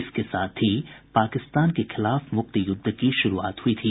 इसके साथ ही पाकिस्तान के खिलाफ मुक्ति युद्ध की शुरूआत हुई थी